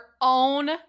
own